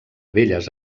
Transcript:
belles